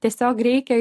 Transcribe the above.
tiesiog reikia